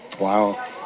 Wow